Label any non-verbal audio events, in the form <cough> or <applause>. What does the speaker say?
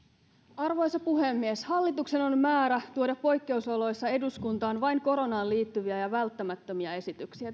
arvoisa puhemies hallituksen on määrä tuoda poikkeusoloissa eduskuntaan vain koronaan liittyviä ja välttämättömiä esityksiä <unintelligible>